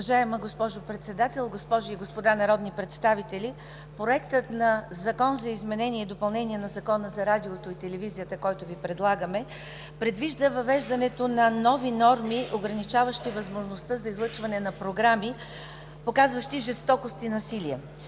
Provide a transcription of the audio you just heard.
Уважаема госпожо Председател, госпожи и господа народни представители! Проектът на Закона за изменение и допълнение на Закона за радиото и телевизията, който Ви предлагаме, предвижда въвеждането на нови норми, ограничаващи възможността за излъчване на програми, показващи жестокост и насилие.